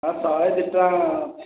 ହଁ